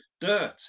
dirt